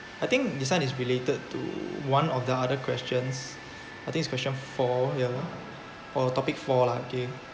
I think this one is related to one of the other questions I think is question four ya lah or topic four lah okay